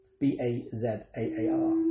B-A-Z-A-A-R